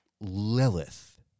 Lilith